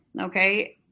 Okay